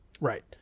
Right